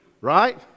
right